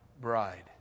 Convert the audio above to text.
bride